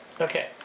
okay